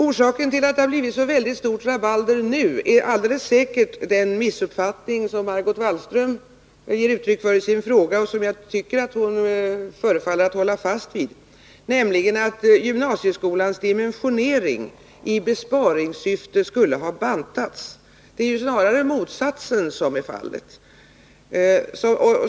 Orsaken till att det har blivit ett så väldigt stort rabalder nu är alldeles säkert den missuppfattning som Margot Wallström gav uttryck för i sin fråga och som hon förefaller hålla fast vid, nämligen den att gymnasieskolans dimensionering i besparingssyfte skulle ha bantats. Det är snarare motsatsen som är fallet.